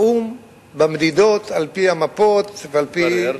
האו"ם במדידות על-פי המפות ועל-פי,